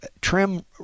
trim